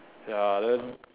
ya then